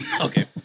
Okay